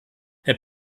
herr